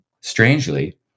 strangely